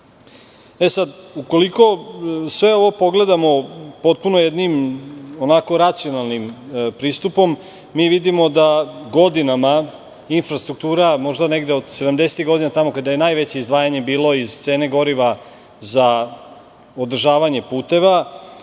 sad, ukoliko sve ovo pogledamo potpuno jednim onako racionalnim pristupom, mi vidimo da godinama infrastruktura, možda negde od 70-ih godina, tamo kada je najveće izdvajanje bilo iz cene goriva za održavanje puteva,